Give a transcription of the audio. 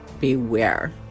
beware